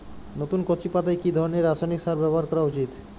নতুন কচি পাতায় কি ধরণের রাসায়নিক সার ব্যবহার করা উচিৎ?